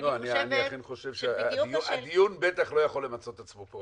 אני אכן חושב שהדיון בטח לא יכול למצות את עצמו פה,